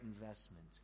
investment